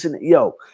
yo